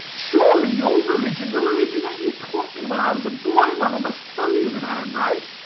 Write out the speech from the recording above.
surely your religion, the religion that you taught me when i was a boy, mother, must tell you that i am right.